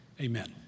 Amen